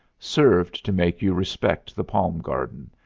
served to make you respect the palm garden,